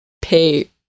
pay